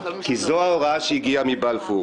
כי זו ההוראה שהגיעה מבלפור.